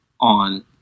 on